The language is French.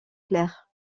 clair